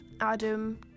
Adam